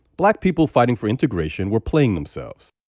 black people fighting for integration were playing themselves.